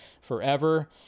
forever